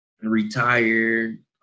retired